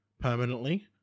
Permanently